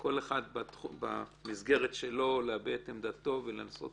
כל אחד במסגרת שלו, להביע את עמדתו ולנסות